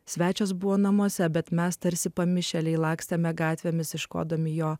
svečias buvo namuose bet mes tarsi pamišėliai lakstėme gatvėmis ieškodami jo